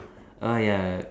uh ya